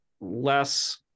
less